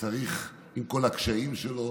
צריך, עם כל הקשיים שלו,